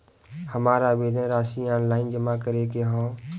हमार आवेदन राशि ऑनलाइन जमा करे के हौ?